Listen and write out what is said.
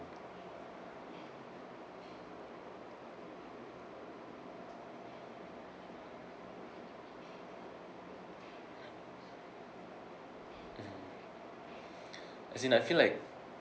mm as in I feel like